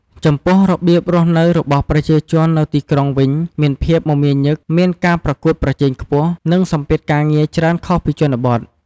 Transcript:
ចំពោះរបៀបរស់នៅរបស់ប្រជាជននៅទីក្រុងវិញមានភាពមមាញឹក មានការប្រកួតប្រជែងខ្ពស់ និងសម្ពាធការងារច្រើនខុសពីជនបទ។